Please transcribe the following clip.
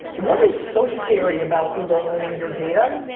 what is so scary about google owning your data?